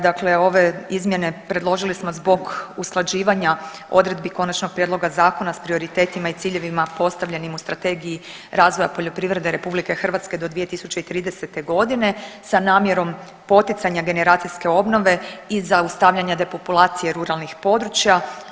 Dakle, ove izmjene predložili smo zbog usklađivanja odredbi konačnog prijedloga zakona s prioritetima i ciljevima postavljenim u Strategiji razvoja poljoprivrede RH do 2030. godine sa namjerom poticanja generacijske obnove i zaustavljanja depopulacije ruralnih područja.